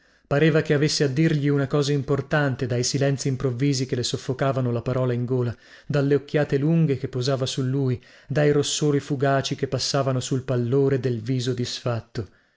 pareva che avesse a dirgli una cosa importante dai silenzi improvvisi che le soffocavano la parola in gola dalle occhiate lunghe che posava su lui dai rossori fugaci che passavano sul pallore del viso disfatto